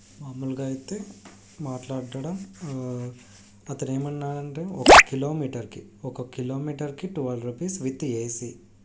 మామూలుగా అయితే మాట్లాడడ అతనేమన్నాడంటే ఒక కిలోమీటర్కి ఒక కిలోమీటర్కి ట్వెల్వ్ రుపీస్ విత్ ఏసి